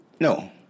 No